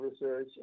research